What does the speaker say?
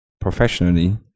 professionally